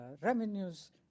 revenues